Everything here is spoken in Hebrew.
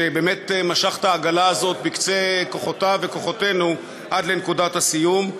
שבאמת משך את העגלה הזאת בקצה כוחותיו וכוחותינו עד לנקודת הסיום.